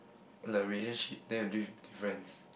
the relationship then the diff~ difference